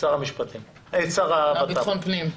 השר לביטחון פנים.